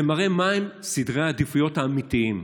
זה מראה מהם סדרי העדיפויות האמיתיים.